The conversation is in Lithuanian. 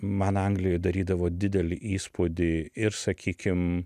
man anglijoj darydavo didelį įspūdį ir sakykim